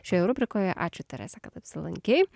šioje rubrikoje ačiū terese kad apsilankei